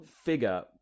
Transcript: figure